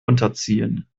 unterziehen